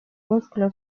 músculo